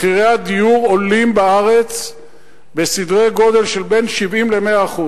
מחירי הדיור עולים בסדרי-גודל של בין 70% ל-100%.